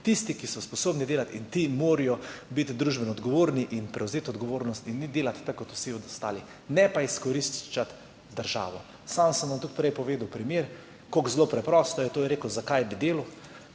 ljudi, ki so sposobni delati, in ti morajo biti družbeno odgovorni in prevzeti odgovornost in iti delat tako kot vsi ostali, ne pa izkoriščati države. Sam sem vam tudi prej povedal primer, kako zelo preprosto je to. Je rekel, zakaj bi delal.